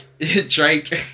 Drake